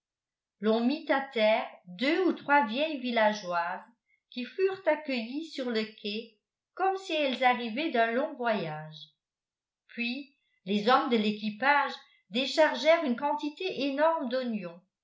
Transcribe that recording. l'on mit à terre deux ou trois vieilles villageoises qui furent accueillies sur le quai comme si elles arrivaient d'un long voyage puis les hommes de l'équipage déchargèrent une quantité énorme d'oignons